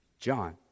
John